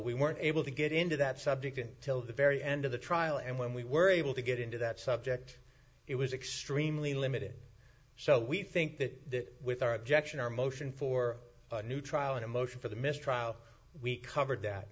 we weren't able to get into that subject until the very end of the trial and when we were able to get into that subject it was extremely limited so we think that with our objection our motion for a new trial and a motion for the mistrial we covered that